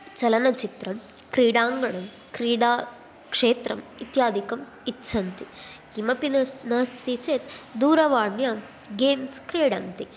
चलनच्चित्रं क्रीडाङ्गणं क्रीडाक्षेत्रम् इत्यादिकम् इच्छन्ति किमपि न नास्ति चेत् दूरवाण्यां गेम्स् क्रीडन्ति